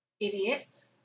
Idiots